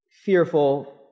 fearful